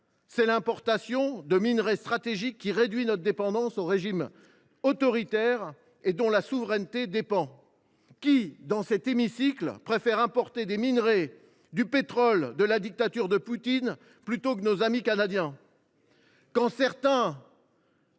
C’est l’importation de minerais stratégiques, qui réduit notre dépendance aux régimes autoritaires et dont notre souveraineté dépend. Qui, dans cet hémicycle, préfère importer des minerais ou du pétrole de la dictature de Poutine plutôt que de nos amis canadiens ?